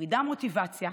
מורידה מוטיבציה,